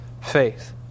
faith